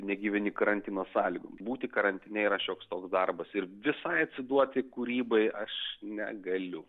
negyveni karantino sąlygom būti karantine yra šioks toks darbas ir visai atsiduoti kūrybai aš negaliu